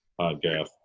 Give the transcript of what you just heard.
podcast